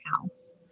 house